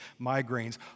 migraines